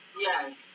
yes